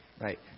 Right